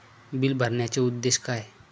Bill भरण्याचे उद्देश काय?